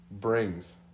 brings